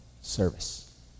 service